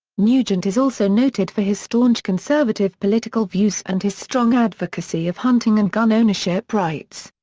nugent is also noted for his staunch conservative political views and his strong advocacy of hunting and gun ownership rights.